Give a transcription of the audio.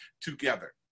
together